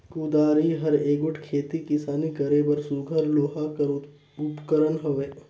कुदारी हर एगोट खेती किसानी करे बर सुग्घर लोहा कर उपकरन हवे